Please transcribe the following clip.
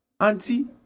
auntie